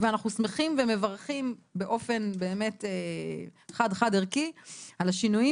ואנחנו שמחים ומברכים באופן חד חד ערכי על השינויים